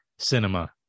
cinema